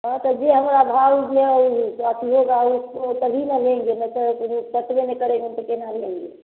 हाँ ता जे हमारे घर उर में उसको तभी न लेंगे न तो पट्बे ना करेगा तो केना लेंगे